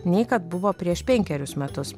nei kad buvo prieš penkerius metus